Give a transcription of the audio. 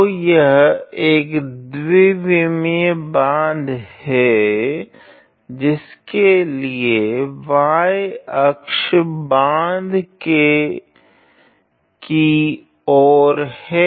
तो यह एक द्विविमीय बाँध है जिसके लिए y अक्ष बाँध के की ओर है